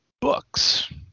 books